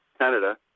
Canada